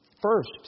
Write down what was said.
first